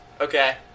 Okay